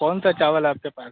कौनसा चावल आपके पास